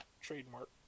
Trademark